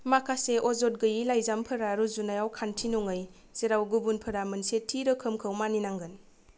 माखासे अजद गोयि लाइजामफोरा रुजुनायाव खान्थि नङै जेराव गुबुनफोरा मोनसे थि रोखोमखौ मानिनांगोन